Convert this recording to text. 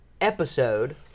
episode